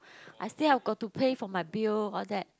I say I got to pay for my bill all that